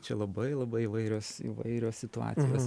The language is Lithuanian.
čia labai labai įvairios įvairios situacijos